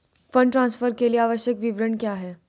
Fund transfer के लिए आवश्यक विवरण क्या हैं?